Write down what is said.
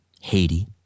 Haiti